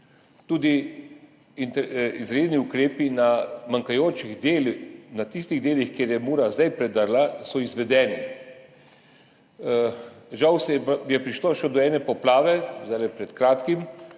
tudi izredni ukrepi na manjkajočih delih, na tistih delih, kjer je Mura zdaj predrla, so izvedeni. Žal je prišlo še do ene poplave zdaj pred kratkim,